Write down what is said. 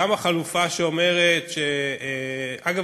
אגב,